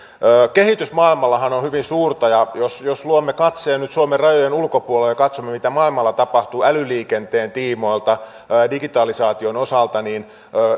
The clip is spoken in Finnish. kehitys maailmallahan on hyvin suurta ja jos luomme katseen nyt suomen rajojen ulkopuolelle ja katsomme mitä maailmalla tapahtuu älyliikenteen tiimoilta digitalisaation osalta niin